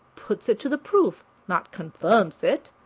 puts it to the proof, not confirms it.